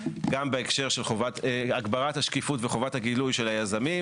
גם בהקשר של הגברת השקיפות וחובת הגילוי של היזמים